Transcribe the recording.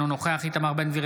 אינו נוכח איתמר בן גביר,